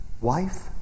wife